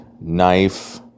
knife